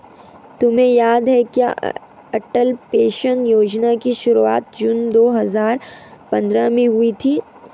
तुम्हें याद है क्या अटल पेंशन योजना की शुरुआत जून दो हजार पंद्रह में हुई थी?